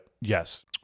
yes